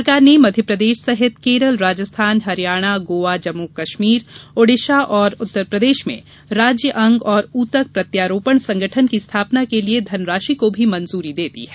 सरकार ने मध्य प्रदेश सहित केरल राजस्थान हरियाणा गोवा जम्मू और कश्मीर ओडिशा और उत्तर प्रदेश में राज्य अंग और ऊतक प्रत्यारोपण संगठन की स्थापना के लिए धनराशि को भी मंजूरी दी है